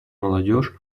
молодежь